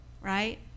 Right